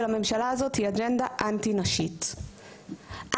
הממשלה הזאת היא אג'נדה אנטי-נשית ואנטי-להט"בית,